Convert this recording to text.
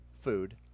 food